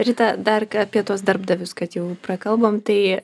rita dar ką apie tuos darbdavius kad jau prakalbom tai